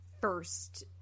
first